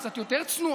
קצת יותר צנועה,